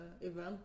event